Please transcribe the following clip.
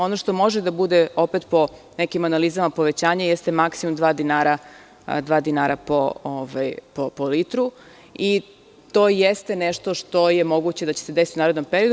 Ono što može da bude, opet po nekim analizama, povećanje jeste maksimum dva dinara po litru i to jeste nešto što je moguće da će se desiti u narednom periodu.